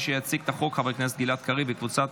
של חבר הכנסת גלעד קריב וקבוצת